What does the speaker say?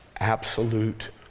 absolute